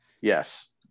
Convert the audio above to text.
Yes